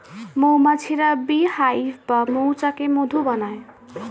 মৌমাছিরা beehive বা মৌচাকে মধু বানায়